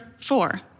four